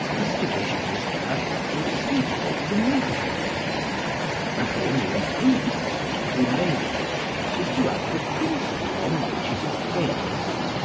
this division is perfectly suitable to the nature of the thing and the only improvement that can be made in it is to add the principle on which it is based,